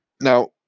Now